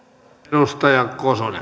arvoisa